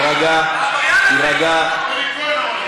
חבר הכנסת פרופ' יוסי יונה,